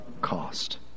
cost